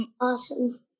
Awesome